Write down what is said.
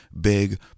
big